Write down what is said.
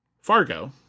Fargo